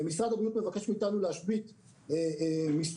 משרד הבריאות מבקש מאיתנו להשבית מספר